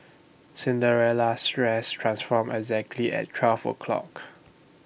Cinderella's dress transformed exactly at twelve o'clock